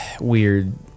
weird